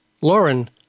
Lauren